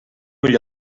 ull